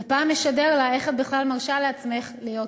ופעם משדר לה "איך את בכלל מרשה לעצמך להיות יפה?"